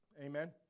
Amen